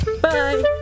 Bye